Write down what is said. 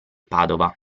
padova